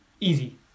Easy